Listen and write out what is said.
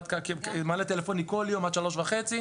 יש מענה טלפוני בכל יום עד 15:30,